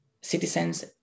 citizens